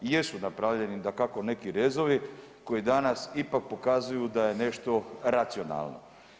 Jesu napravljeni dakako neki rezovi koji danas ipak pokazuju da je nešto racionalno.